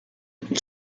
and